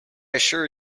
assure